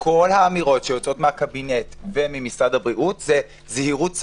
וכל האמירות שיוצאות מהקבינט וממשרד הבריאות זה זהירות,